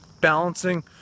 balancing